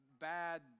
bad